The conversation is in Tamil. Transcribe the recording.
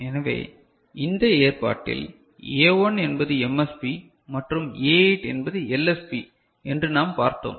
எனவே இந்த ஏற்பாட்டில் A1 என்பது MSB மற்றும் A8 என்பது LSB என்று நாம் பார்த்தோம்